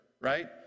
right